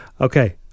Okay